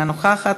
אינה נוכחת,